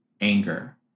anger